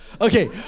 Okay